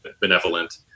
benevolent